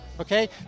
okay